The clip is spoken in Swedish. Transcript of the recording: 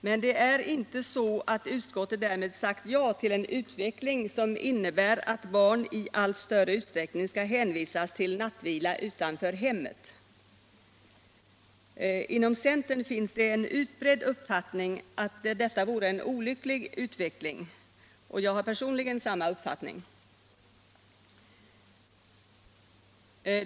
Men det är inte så att utskottet därmed sagt ja till en utveckling som innebär att barn i allt större utsträckning skall hänvisas till nattvila utanför hemmet. Inom centern finns det en utbredd uppfattning om att detta vore en olycklig utveckling, och jag har personligen samma uppfattning.